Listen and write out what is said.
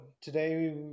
today